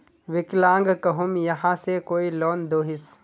विकलांग कहुम यहाँ से कोई लोन दोहिस?